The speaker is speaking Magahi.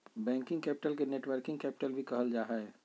वर्किंग कैपिटल के नेटवर्किंग कैपिटल भी कहल जा हय